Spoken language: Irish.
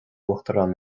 uachtarán